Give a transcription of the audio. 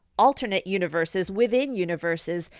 alternate universes within universes,